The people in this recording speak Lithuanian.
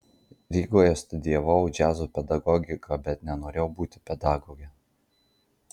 rygoje studijavau džiazo pedagogiką bet nenorėjau būti pedagoge